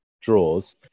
Draws